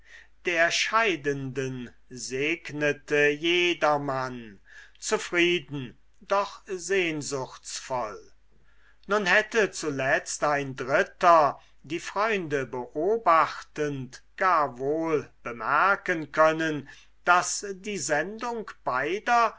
die scheidenden segnete jedermann zufrieden doch sehnsuchtsvoll nun hätte zuletzt ein dritter die freunde beobachtend gar wohl bemerken können daß die sendung beider